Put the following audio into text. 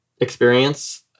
experience